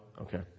Okay